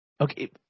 okay